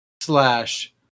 slash